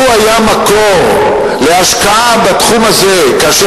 לו היה מקור להשקעה בתחום הזה כאשר